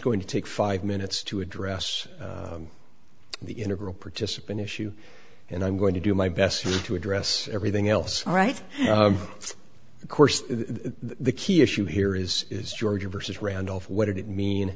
going to take five minutes to address the integral participant issue and i'm going to do my best to address everything else right of course the key issue here is is georgia versus randolph